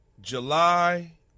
July